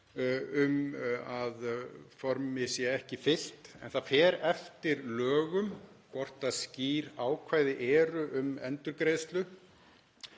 um að formi sé ekki fylgt. En það fer eftir lögum hvort skýr ákvæði eru um endurgreiðslu.